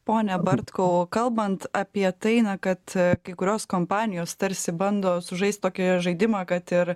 pone bartkau kalbant apie tai na kad kai kurios kompanijos tarsi bando sužaist tokį žaidimą kad ir